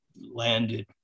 landed